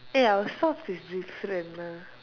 eh our socks is different ah